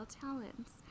talents